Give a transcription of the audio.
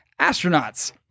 astronauts